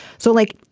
so, like,